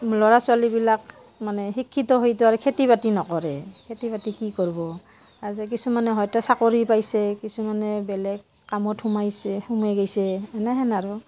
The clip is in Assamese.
ল'ৰা ছোৱালীবিলাক মানে শিক্ষিত হৈতো আৰু খেতি বাতি নকৰে খেতি বাতি কি কৰিব আজি কিছুমানে হয়টো চাকৰি পাইছে কিছুমানে বেলেগ কামত সোমাইছে সোমাই গৈছে এনেহেন আৰু